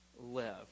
live